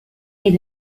need